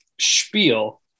spiel